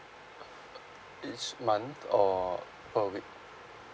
uh uh each month or all of it